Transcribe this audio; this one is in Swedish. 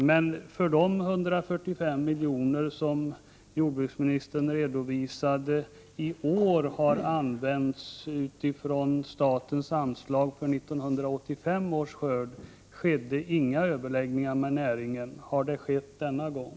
Men när det gäller de 145 milj. av årets anslag som jordbruksministern redovisade att de hade använts för 1988 års skörd skedde inga överläggningar med näringen. Har överläggningar skett denna gång?